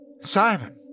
Simon